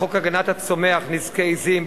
חוק הגנת הצומח (נזקי עזים),